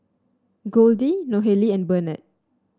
Goldie Nohely and Bernard